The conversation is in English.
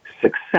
success